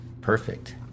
perfect